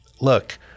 look